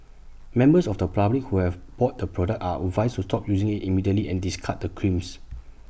members of the public who have bought the product are advised to stop using IT immediately and discard the creams